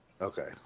Okay